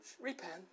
repent